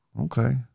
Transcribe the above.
Okay